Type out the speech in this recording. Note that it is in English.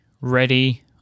ready